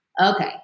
okay